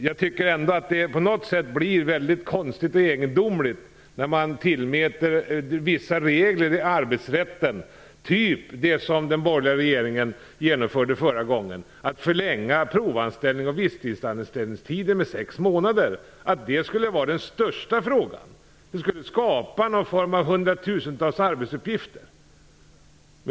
Jag tycker ändå att det på något sätt blir mycket konstigt och egendomligt när man anser att vissa regler i arbetsrätten skulle utgöra den stora frågan. Man anser t.ex. att vissa av de regler som den borgerliga regeringen genomförde förra gången - förlängning av provanställning och visstidsanställning med sex månader - skulle kunna skapa hundratusentals arbetsuppgifter.